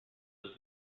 was